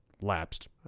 lapsed